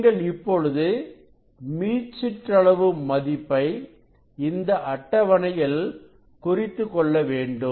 நீங்கள் இப்பொழுது மீச்சிற்றளவு மதிப்பை இந்த அட்டவணையில் குறித்துக்கொள்ள வேண்டும்